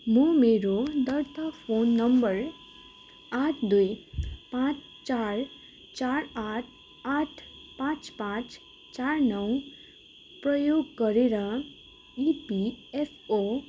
म मेरो दर्ता फोन नम्बर आठ दुई पाँच चार चार आठ आठ पाँच पाँच चार नौ प्रयोग गरेर इपिएफओ